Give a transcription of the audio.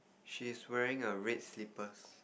she's wearing a red slippers